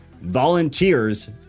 volunteers